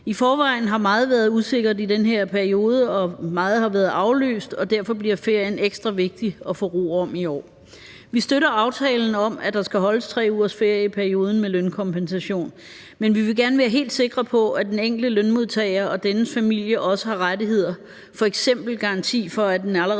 I forvejen har meget været usikkert i den her periode, og meget har været aflyst, og derfor bliver ferien ekstra vigtig at få ro om i år. Vi støtter aftalen om, at der skal holdes 3 ugers ferie i perioden med lønkompensation, men vi vil gerne være helt sikre på, at den enkelte lønmodtager og dennes familie også har rettigheder, f.eks. garanti for, at en allerede